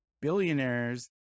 billionaires